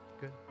Good